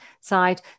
side